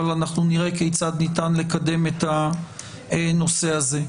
אבל נראה כיצד ניתן לקדם את הנושא הזה.